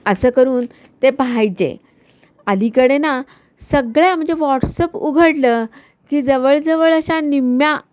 असं करून ते पाहायचे अलीकडे ना सगळ्या म्हणजे व्हॉट्सअप उघडलं की जवळजवळ अशा निम्म्या